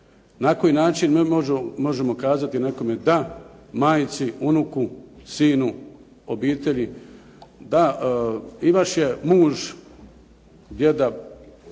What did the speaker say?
Na koji način mi možemo kazati nekome da, majci, unuku, sinu, obitelji da i vaš je muž, djed,